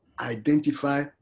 identify